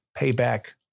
payback